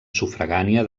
sufragània